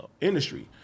industry